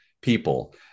people